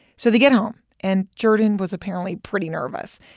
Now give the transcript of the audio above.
so they get home, and jordan was apparently pretty nervous.